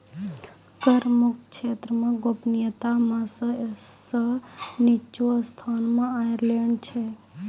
कर मुक्त क्षेत्र मे गोपनीयता मे सब सं निच्चो स्थान मे आयरलैंड छै